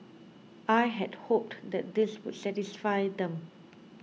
I had hoped that this would satisfy them